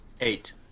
Eight